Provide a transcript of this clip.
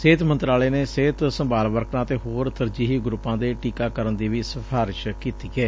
ਸਿਹਤ ਮੰਤਰਾਲੇ ਨੇ ਸਿਹਤ ਸੰਭਾਲ ਵਰਕਰਾਂ ਅਤੇ ਹੋਰ ਤਰਜੀਹੀ ਗਰੁੱਪਾਂ ਦੇ ਟੀਕਾ ਕਰਨ ਦੀ ਵੀ ਸਿਫਾਰਸ਼ ਕੀਤੀ ਏ